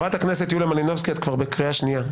חברת הכנסת יוליה מלינובסקי, את בקריאה שנייה.